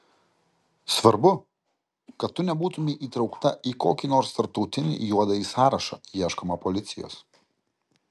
svarbu kad tu nebūtumei įtraukta į kokį nors tarptautinį juodąjį sąrašą ieškoma policijos